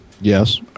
yes